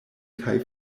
kaj